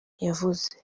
yavuze